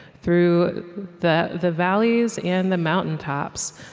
through the the valleys and the mountaintops.